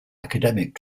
academic